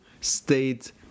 state